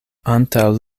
antaŭ